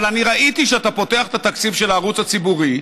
אבל ראיתי שאתה פותח את התקציב של הערוץ הציבורי,